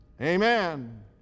Amen